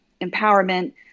empowerment